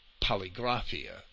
polygraphia